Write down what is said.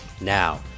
Now